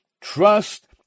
trust